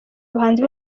abahanzi